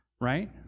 right